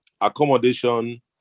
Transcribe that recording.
accommodation